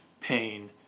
pain